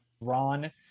ron